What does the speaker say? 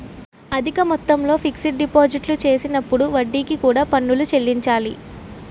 అధిక మొత్తంలో ఫిక్స్ డిపాజిట్లు చేసినప్పుడు వడ్డీకి కూడా పన్నులు చెల్లించాలి